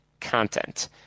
content